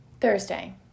Thursday